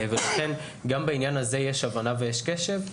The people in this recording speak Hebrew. וכן, גם בעניין הזה יש הבנה ויש קשב.